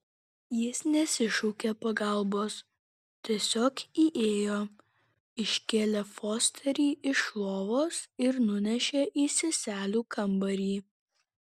jis nesišaukė pagalbos tiesiog įėjo iškėlė fosterį iš lovos ir nunešė į seselių kambarį